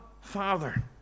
Father